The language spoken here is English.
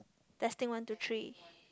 testing one two three